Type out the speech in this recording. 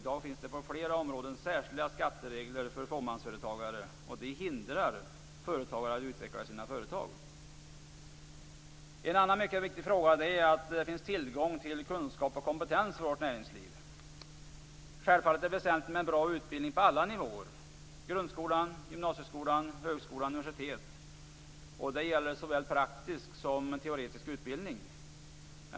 I dag finns det på flera områden särskilda skatteregler för fåmansföretagare, och dessa hindrar företagare från att utveckla sina företag. En annan mycket viktig sak är att det finns tillgång till kunskap och kompetens för vårt näringsliv. Självfallet är det väsentligt med bra utbildning på alla nivåer - grundskola, gymnasieskola, högskola och universitet - och det gäller såväl praktisk som teoretisk utbildning.